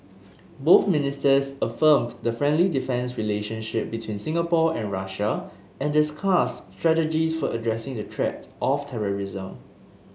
both ministers affirmed the friendly defence relationship between Singapore and Russia and discussed strategies for addressing the threat of terrorism